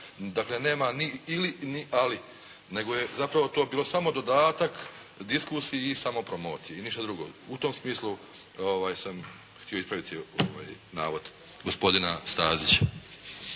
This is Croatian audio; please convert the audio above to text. Dakle nema ni ili, ni ali, nego je zapravo to bio samo dodatak diskusiji i samo promociji i ništa drugo. U tom smislu sam htio ispraviti navod gospodina Stazića.